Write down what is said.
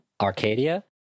Arcadia